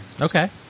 Okay